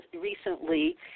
recently